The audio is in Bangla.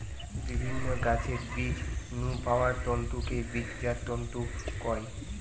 বিভিন্ন গাছের বীজ নু পাওয়া তন্তুকে বীজজাত তন্তু কয়